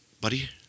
Buddy